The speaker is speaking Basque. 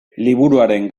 liburuaren